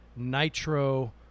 nitro